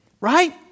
Right